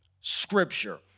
Scripture